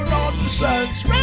Nonsense